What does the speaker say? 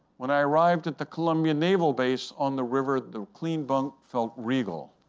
when i arrived at the colombian naval base on the river, the clean bunk felt regal.